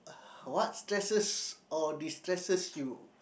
what stresses or de stresses you